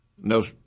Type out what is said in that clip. no